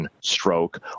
stroke